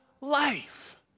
life